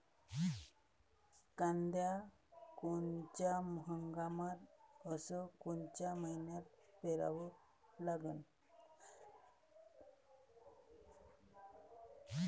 कांद्या कोनच्या हंगामात अस कोनच्या मईन्यात पेरावं?